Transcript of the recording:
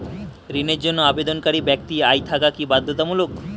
ঋণের জন্য আবেদনকারী ব্যক্তি আয় থাকা কি বাধ্যতামূলক?